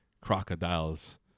crocodiles